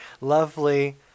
lovely